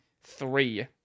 three